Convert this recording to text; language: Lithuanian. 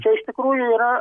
čia iš tikrųjų yra